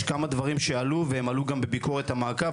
יש כמה דברים שעלו והם עלו גם בביקורת המעקב,